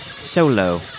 solo